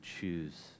choose